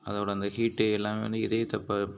அதோட அந்த ஹீட்டு எல்லாம் வந்து இதயத்தை இப்போ